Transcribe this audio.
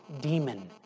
demon